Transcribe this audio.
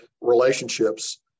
relationships